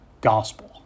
gospel